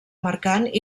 mercant